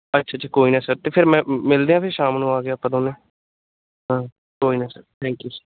ਅੱਛਾ ਅੱਛਾ ਕੋਈ ਨਾ ਸਰ ਅਤੇ ਫਿਰ ਮੈਂ ਮਿਲਦੇ ਆ ਫਿਰ ਸ਼ਾਮ ਨੂੰ ਆ ਕੇ ਆਪਾਂ ਦੋਵੇਂ ਹਾਂ ਕੋਈ ਨਾ ਸਰ ਥੈਂਕ ਯੂ ਸਰ